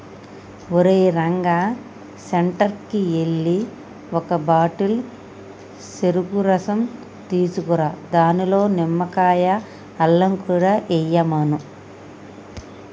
ఓరేయ్ రంగా సెంటర్కి ఎల్లి ఒక బాటిల్ సెరుకు రసం తీసుకురా దానిలో నిమ్మకాయ, అల్లం కూడా ఎయ్యమను